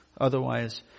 otherwise